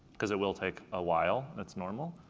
cause it will take awhile. that's normal.